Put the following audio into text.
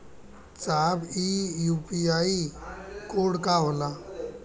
साहब इ UPI code का होला?